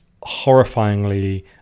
horrifyingly